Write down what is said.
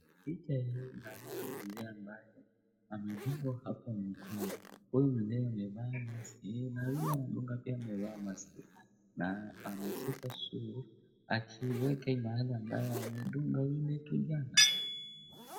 Picha hii naona mzee ambaye amedungwa hapo mkono, huyu mzee amevaa maski na huyu mkunga pia amevaa maski na ameshika suur akiiweka mahali ambayo amedunga yule kijana.